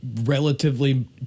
relatively